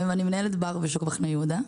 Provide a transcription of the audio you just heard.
אנחנו חלק מהיום, אנחנו לא רק חיי הלילה.